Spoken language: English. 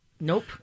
Nope